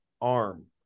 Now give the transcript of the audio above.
arm